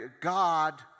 God